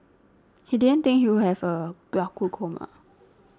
he didn't think he would have a